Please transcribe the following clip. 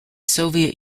soviet